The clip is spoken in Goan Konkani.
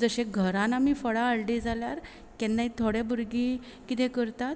जशे घरान आमी फळां हाडली जाल्यार केन्नाय थोडे भुरगीं कितें करतात